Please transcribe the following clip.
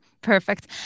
Perfect